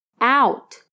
out